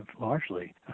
largely